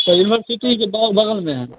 तो यूनिवर्सिटी के बग़ल में है